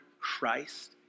Christ